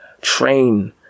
train